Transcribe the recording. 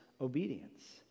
obedience